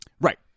Right